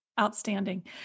outstanding